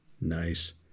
Nice